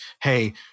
hey